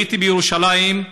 הייתי בירושלים,